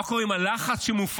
מה קורה עם הלחץ שמופעל?